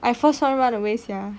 I first one run away sia